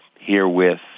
herewith